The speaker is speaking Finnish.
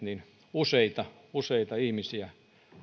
useita useita ihmisiä